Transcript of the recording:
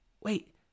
Wait